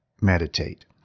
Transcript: meditate